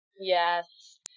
Yes